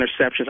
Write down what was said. interceptions